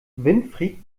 winfried